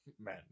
Man